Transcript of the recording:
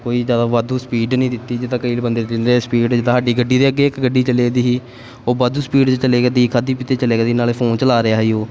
ਕੋਈ ਜ਼ਿਆਦਾ ਵਾਧੂ ਸਪੀਡ ਨਹੀਂ ਦਿੱਤੀ ਜਿੱਦਾਂ ਕਈ ਵਾਰੀ ਬੰਦੇ ਦਿੰਦੇ ਹੈ ਸਪੀਡ ਜਿੱਦਾਂ ਸਾਡੀ ਗੱਡੀ ਦੇ ਅੱਗੇ ਇੱਕ ਗੱਡੀ ਚੱਲਿਆ ਦੀ ਸੀ ਉਹ ਵਾਧੂ ਸਪੀਡ 'ਚ ਚੱਲਿਆ ਕਰਦੀ ਖਾਧੀ ਪੀਤੀ 'ਚ ਚੱਲਿਆ ਕਰਦੀ ਨਾਲੇ ਫੋਨ ਚਲਾ ਰਿਹਾ ਸੀ ਉਹ